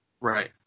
Right